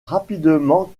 rapidement